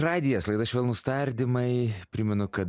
radijas laida švelnūs tardymai primenu kad